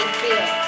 feel